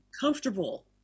comfortable